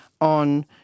on